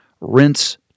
rinse